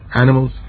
animals